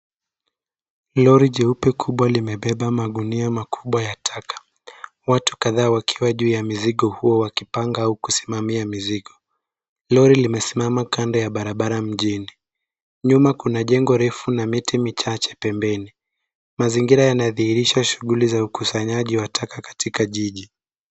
Lori jeupe kubwa limebeba magunia makubwa ya taka. Watu kadhaa wakiwa juu ya mizigo huo wakipanga au kusimamia mizigo. Lori limesimama kando ya barabara mjini. Nyuma kuna jengo refu na miti michache pembeni. Mazingira yanadhihirisha shughuli za ukusanyaji wa taka katika jiji.